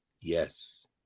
yes